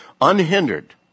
unhindered